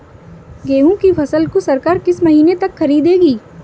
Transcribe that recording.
गेहूँ की फसल को सरकार किस महीने तक खरीदेगी?